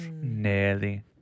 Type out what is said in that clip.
Nearly